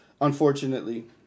unfortunately